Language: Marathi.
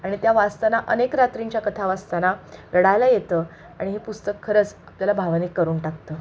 आणि त्या वाचताना अनेक रात्रींच्या कथा वाचताना रडायला येतं आणि ही पुस्तक खरंच आपल्याला भावनिक करून टाकतं